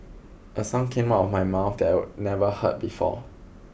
a sound came out of my mouth that I'd never heard before